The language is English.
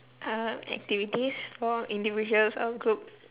uh activities for individuals or a group